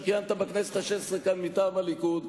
כיהנת בכנסת השש-עשרה מטעם הליכוד,